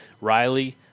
Riley